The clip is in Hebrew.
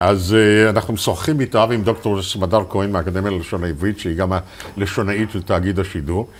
אז אנחנו משוחחים איתה ועם דוקטור סמדר כהן מאקדמיה ללשון העברית שהיא גם הלשונאית של תאגיד השידור